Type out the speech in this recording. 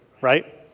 right